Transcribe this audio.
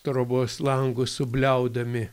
trobos langu subliaudami